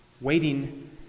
waiting